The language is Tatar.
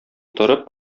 торып